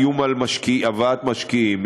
איום על הבאת משקיעים,